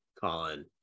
Colin